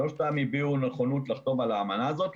שלושתם הביעו נכונות לחתום על האמנה הזאת.